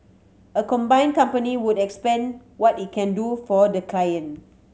a combined company would expand what it can do for the client